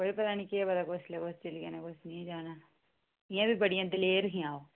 कोई पता कोई पता नीं कुसलै बस चली जाना इ'यां बी बड़ियां दलेर हियां ओह्